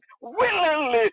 willingly